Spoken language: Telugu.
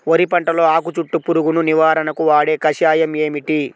వరి పంటలో ఆకు చుట్టూ పురుగును నివారణకు వాడే కషాయం ఏమిటి?